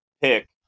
pick